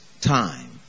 time